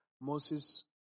Moses